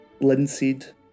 linseed